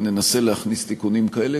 וננסה להכניס תיקונים כאלה,